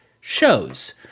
shows